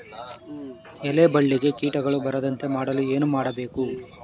ಎಲೆ ಬಳ್ಳಿಗೆ ಕೀಟಗಳು ಬರದಂತೆ ಮಾಡಲು ಏನು ಮಾಡಬೇಕು?